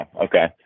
okay